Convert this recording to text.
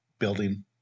Building